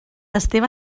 esteve